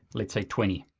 let's say, twenty.